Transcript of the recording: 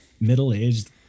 middle-aged